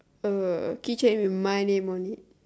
uh keychain with my name on it